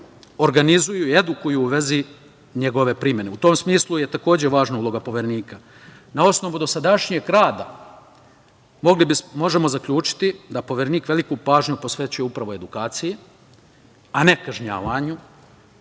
organizuju i edukuju u vezi njegove primene. U tom smislu je takođe važna uloga Poverenika. Na osnovu dosadašnjeg rada možemo zaključiti da Poverenik veliku pažnju posvećuju upravo edukaciji, a ne kažnjavanju,